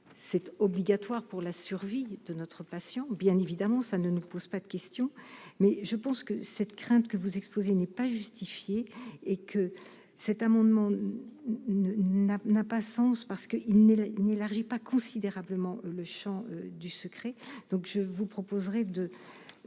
cette obligatoire pour la survie de notre patient, bien évidemment, ça ne nous pose pas de questions, mais je pense que cette crainte que vous exposez n'est pas justifié et que cet amendement n'a, n'a pas sens parce qu'il n'ait n'élargit pas considérablement le Champ du secret, donc je vous proposerai de